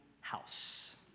house